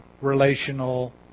relational